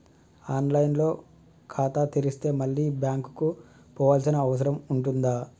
On line లో ఖాతా తెరిస్తే మళ్ళీ బ్యాంకుకు పోవాల్సిన అవసరం ఉంటుందా?